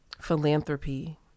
philanthropy